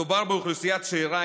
מדובר באוכלוסייה צעירה,